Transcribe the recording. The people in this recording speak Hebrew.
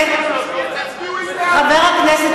אם זה